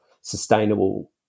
sustainable